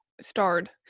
starred